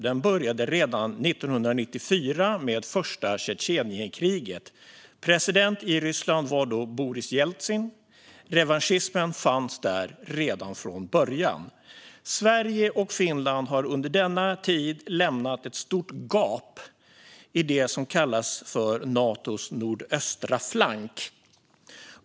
Den började redan 1994 med första Tjetjenienkriget. President i Ryssland var då Boris Jeltsin. Revanschismen fanns där redan från början. Sverige och Finland har under denna tid lämnat ett stort gap i det som kallas Natos nordöstra flank.